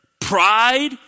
Pride